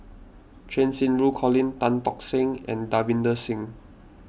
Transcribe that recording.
Cheng Xinru Colin Tan Tock San and Davinder Singh